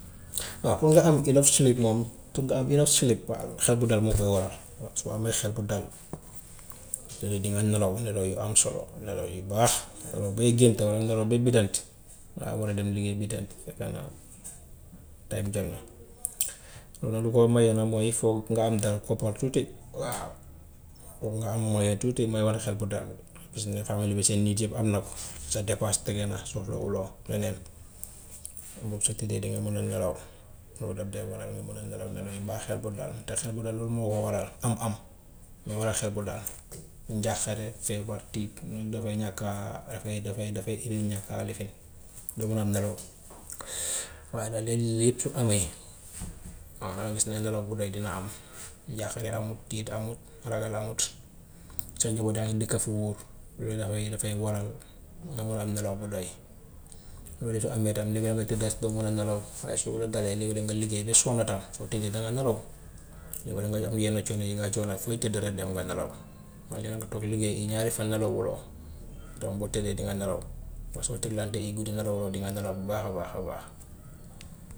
Waa pour nga am enough sleep moom pour nga am enough sleep waaw xel bu dal moo ko waral. What soo amee xel bu dal soo tëddee dinga nelaw nelaw yu am solo, nelaw yu baax, nelaw bay génta walla nelaw ba bidanti, dangaa war a dem liggéey bidanti fekk na time bi jot na. Loolu lu koo maye nag mooy foog nga am daal koppar tuuti waaw, foog nga am moyen tuuti mooy waral xel bu dal, gis ne xam ne lu mu see need yëpp am na ko, sa dépense tege na soxlawuloo leneen, kon boog soo tëddee dangay mun a nelaw, loolu daf dee waral nga mun a nelaw nelaw yu baax xel bu dal, te xel bu dal loolu moo ko waral am-am mooy waral xel bu dal, njàqare, feebar, tiit ñooñu dafay ñàkka dafay dafay dafay indi ñakka lifin doo mun a nelawati. Waaye nag léegi yii yëpp su amee mën ngaa gis ne nelaw bu doy dina am, njàqare amut, tiit amut, ragal amut, sa njaboot yaa ngi dëkka fu wóor, loolu dafay dafay waral nga mun a am nelaw bu doy. Loolu su amee tam li ngay mun ti def ba mun a nelaw, waaye su la dalee léegi danga liggéey ba sonna tam soo tëddee dangaa nelaw fekk danga yëg yenn coono yi ngay coono fooy tëdd rek dem nga nelaw. walla yaa nga toog liggéey ñaari fan nelawuloo donc boo tëddee dinga nelaw ba soo teglantee ay guddi nelawuloo dinga nelaw bu baax a baax a baax.